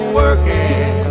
working